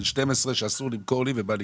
בן 12 שאסור למכור לי אבל אני בא לקנות.